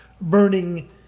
burning